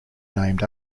named